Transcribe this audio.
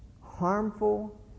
harmful